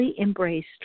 embraced